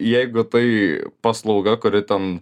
jeigu tai paslauga kuri ten